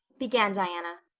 began diana,